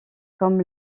comme